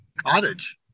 cottage